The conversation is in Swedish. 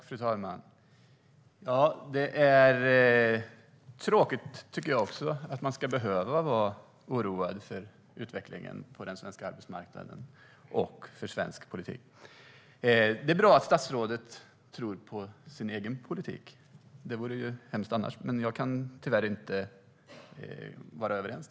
Fru talman! Ja, det är tråkigt att behöva vara oroad över utvecklingen på den svenska arbetsmarknaden och för svensk politik. Det är bra att statsrådet tror på sin egen politik. Det vore hemskt annars. Men vi är tyvärr inte överens.